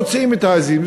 מוציאים את העזים.